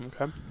Okay